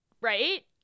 Right